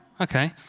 okay